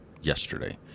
yesterday